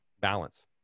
balance